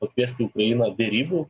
pakviesti ukrainą derybų